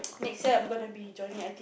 next year I'm gonna be joining I_T_E